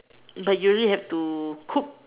but you already have to cook